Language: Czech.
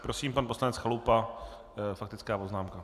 Prosím pan poslanec Chalupa, faktická poznámka.